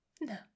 No